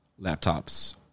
laptops